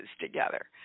together